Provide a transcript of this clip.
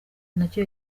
nacyo